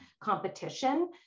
competition